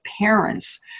parents